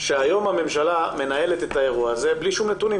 שהיום הממשלה מנהלת את האירוע הזה בלי שום נתונים.